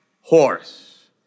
horse